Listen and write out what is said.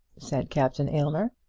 said captain aylmer.